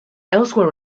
elsewhere